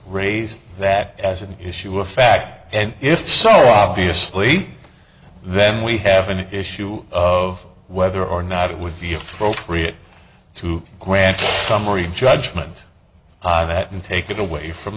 raise that as an issue of fact and if so obviously then we have an issue of whether or not it would be appropriate to grant summary judgment on that and take it away from